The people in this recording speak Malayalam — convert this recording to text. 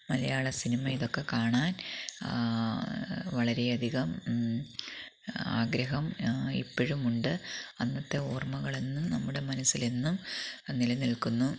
മലയാളസിനിമ ഇതൊക്കെ കാണാന് വളരെയധികം ആഗ്രഹം ഇപ്പോഴുമുണ്ട് അന്നത്തെ ഓര്മ്മകളെന്നും നമ്മുടെ മനസ്സിലെന്നും നിലനില്ക്കുന്നു